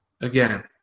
Again